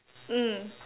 mm